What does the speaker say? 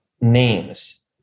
names